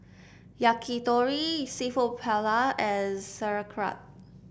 Yakitori seafood Paella and Sauerkraut